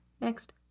next